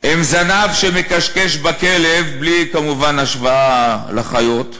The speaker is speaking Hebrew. הם זנב שמכשכש בכלב, בלי, כמובן, השוואה לחיות.